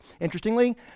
Interestingly